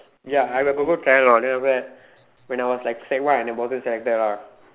ya I will got go try lor then after that when I was like sec one and I wasn't selected lah